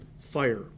fire